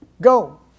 go